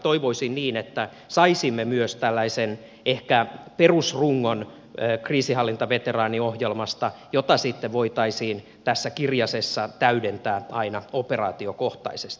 toivoisin niin että saisimme myös tällaisen ehkä perusrungon kriisinhallintaveteraaniohjelmasta jota sitten voitaisiin tässä kirjasessa täydentää aina operaatiokohtaisesti